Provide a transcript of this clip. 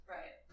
Right